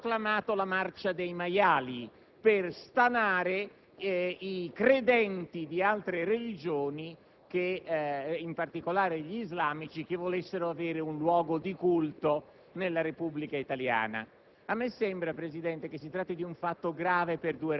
rappresenta questa istituzione, ha proclamato "la marcia dei maiali" per stanare i credenti di altre religioni, in particolare gli islamici, che volessero avere un luogo di culto nella Repubblica italiana.